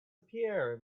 appear